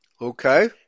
Okay